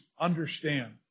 understand